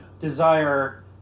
Desire